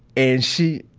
and she,